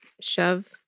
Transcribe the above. shove